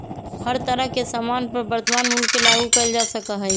हर तरह के सामान पर वर्तमान मूल्य के लागू कइल जा सका हई